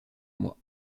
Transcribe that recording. mois